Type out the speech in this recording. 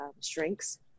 shrinks